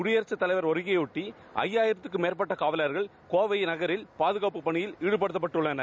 குடியாகத் தலைவர் வருகையபொட்டி ஜயாபிரத்திற்கும் மேற்பட்ட காவலர்கள் கோவை நகரில் பாதுகாப்புப் பணியில் ஈடுபடுத்தப்பட்டுள்ளனர்